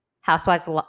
Housewives